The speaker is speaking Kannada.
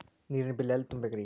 ನೇರಿನ ಬಿಲ್ ಎಲ್ಲ ತುಂಬೇಕ್ರಿ?